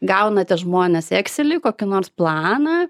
gaunate žmones kokį nors planą